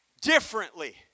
Differently